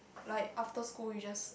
like after school you just